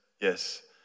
yes